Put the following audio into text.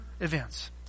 events